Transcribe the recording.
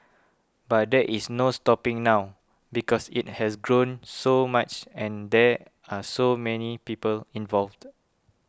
but there is no stopping now because it has grown so much and there are so many people involved